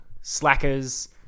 slackers